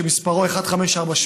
שמספרו 1548,